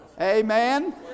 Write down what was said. Amen